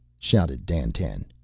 shouted dandtan.